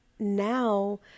now